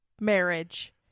marriage